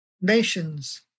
nations